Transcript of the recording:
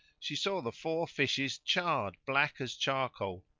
she saw the four fishes charred black as charcoal,